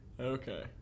Okay